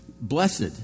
blessed